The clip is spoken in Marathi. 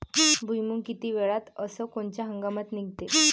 भुईमुंग किती वेळात अस कोनच्या हंगामात निगते?